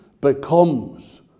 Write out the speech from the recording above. becomes